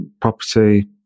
property